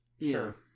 Sure